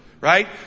right